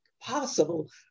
possible